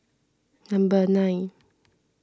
number nine